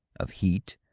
of heat,